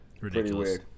Ridiculous